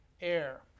air